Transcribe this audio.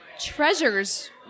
treasures